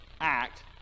act